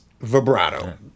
vibrato